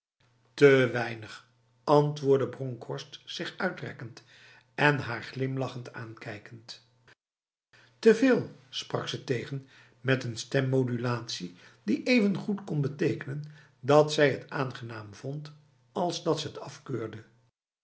te weinig antwoordde bronkhorst zich uitrekkend en haar glimlachend aankijkend te veel sprak ze tegen met een stemmodulatie die evengoed kon betekenen dat zij het aangenaam vond als dat ze het afkeurde